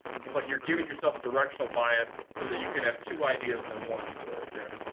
but you're giving yourself a directional bias so that you can have two ideas in one sort of here.